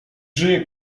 żyje